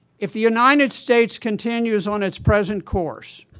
if the united states continues on its present course,